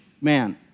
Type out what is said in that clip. man